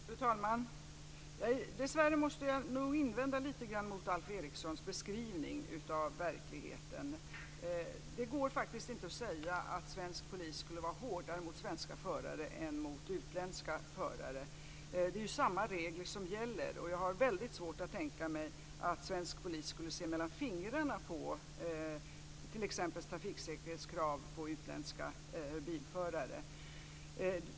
Fru talman! Dessvärre måste jag nog invända lite grann mot Alf Erikssons beskrivning av verkligheten. Det går faktiskt inte att säga att svensk polis skulle vara hårdare mot svenska förare än mot utländska förare. Det är samma regler som gäller. Jag har väldigt svårt att tänka mig att svensk polis skulle se mellan fingrarna när det gäller t.ex. trafiksäkerhetskrav på utländska bilförare.